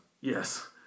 yes